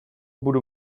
budu